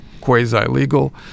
quasi-legal